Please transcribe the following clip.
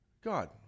God